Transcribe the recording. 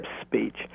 Speech